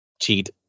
cheat